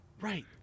Right